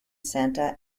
santa